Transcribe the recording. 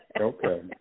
Okay